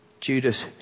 Judas